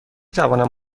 توانم